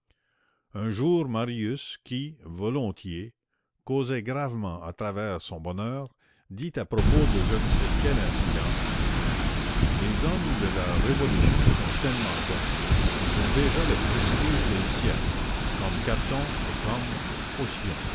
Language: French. un jour marius qui volontiers causait gravement à travers son bonheur dit à propos de je ne sais quel incident les hommes de la révolution sont tellement grands qu'ils ont déjà le prestige des siècles comme caton et comme